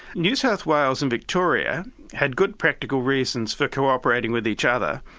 new south wales and victoria had good practical reasons for co-operating with each other,